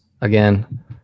Again